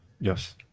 yes